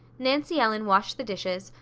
nancy ellen washed the dishes,